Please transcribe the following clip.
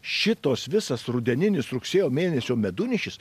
šitos visas rudeninis rugsėjo mėnesio medunešis